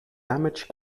damage